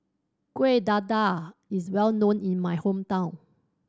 Kueh Dadar is well known in my hometown